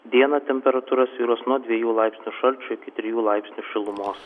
dieną temperatūra svyruos nuo dviejų laipsnių šalčio iki trijų laipsnių šilumos